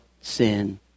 sin